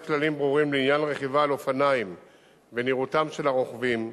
כללים ברורים לעניין רכיבה על אופניים ונראותם של הרוכבים,